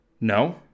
No